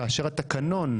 התקנון,